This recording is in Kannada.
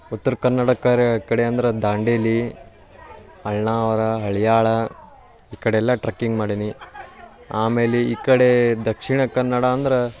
ಉತ್ರ ಕನ್ನಡ ಕರೆ ಕಡೆ ಅಂದ್ರೆ ದಾಂಡೇಲಿ ಅಳ್ನಾವರ ಹಳಿಯಾಳ ಈ ಕಡೆಯೆಲ್ಲ ಟ್ರಕ್ಕಿಂಗ್ ಮಾಡೀನಿ ಆಮೇಲೆ ಈ ಕಡೆ ದಕ್ಷಿಣ ಕನ್ನಡ ಅಂದ್ರೆ